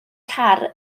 car